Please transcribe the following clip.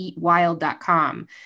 eatwild.com